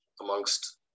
amongst